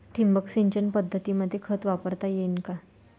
ठिबक सिंचन पद्धतीमंदी खत वापरता येईन का?